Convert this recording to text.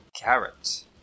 carrot